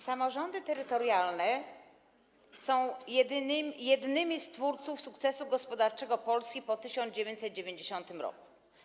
Samorządy terytorialne są jednymi z twórców sukcesu gospodarczego Polski po 1990 r.